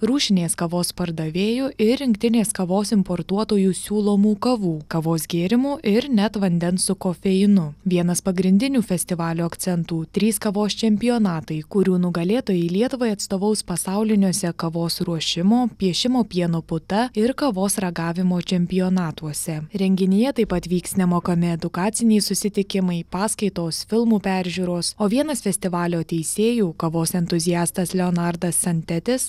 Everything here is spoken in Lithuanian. rūšinės kavos pardavėjų ir rinktinės kavos importuotojų siūlomų kavų kavos gėrimų ir net vandens su kofeinu vienas pagrindinių festivalio akcentų trys kavos čempionatai kurių nugalėtojai lietuvai atstovaus pasauliniuose kavos ruošimo piešimo pieno puta ir kavos ragavimo čempionatuose renginyje taip pat vyks nemokami edukaciniai susitikimai paskaitos filmų peržiūros o vienas festivalio teisėjų kavos entuziastas leonardas antetis